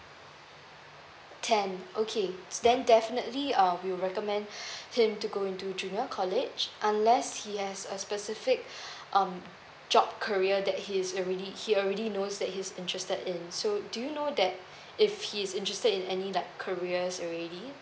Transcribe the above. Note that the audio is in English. ten okay then definitely uh we recommend him to go into junior college unless he has a specific um job career that he is already he already knows that he's interested in so do you know that if he's interested in any like careers already